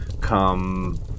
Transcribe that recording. come